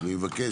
אני מבקש,